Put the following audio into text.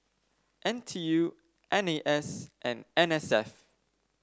N T U N A S and N S F